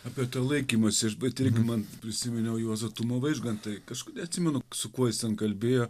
apie tą laikymąsi ir bet irgi man prisiminiau juozą tumą vaižgantą kažkaip neatsimenu su kuo jis ten kalbėjo